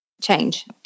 change